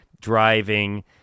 driving